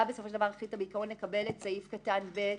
בסופו של דבר החליטה לקבל את סעיף (ב)